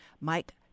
Mike